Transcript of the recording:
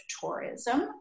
tourism